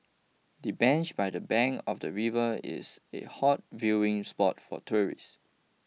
the bench by the bank of the river is a hot viewing spot for tourists